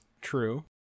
true